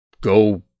go